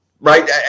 Right